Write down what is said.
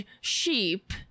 sheep